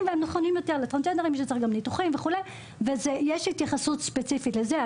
ונכונים יותר לטרנסג'נדרים ויש התייחסות ספציפית לזה.